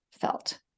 felt